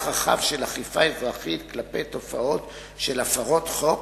רחב של אכיפה אזרחית כלפי תופעות של הפרות חוק